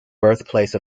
birthplace